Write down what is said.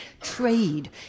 trade